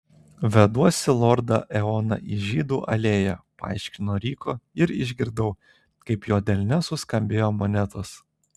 veduosi lordą eoną į žiedų alėją paaiškino ryko ir išgirdau kaip jo delne suskambėjo monetos